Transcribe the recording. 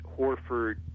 Horford